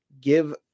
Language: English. give